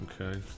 Okay